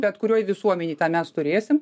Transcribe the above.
bet kurioj visuomenėj tą mes turėsim